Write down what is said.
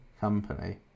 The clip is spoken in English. company